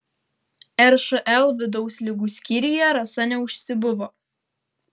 ršl vidaus ligų skyriuje rasa neužsibuvo